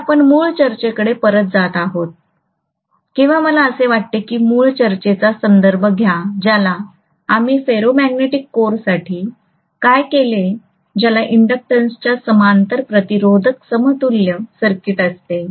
तर आपण मूळ चर्चेकडे परत जात आहोत किंवा मला असे वाटते की मूळ चर्चेचा संदर्भ घ्या ज्याला आम्ही फेरोमॅग्नेटिक कोरसाठी काय केले ज्याला इंडक्टन्सच्या समांतर प्रतिरोधक समतुल्य सर्किट असते